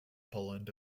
poland